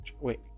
wait